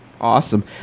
Awesome